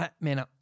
Man